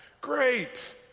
great